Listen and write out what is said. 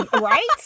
Right